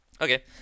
okay